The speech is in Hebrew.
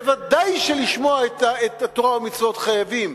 ודאי שלשמור את התורה והמצוות חייבים,